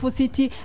city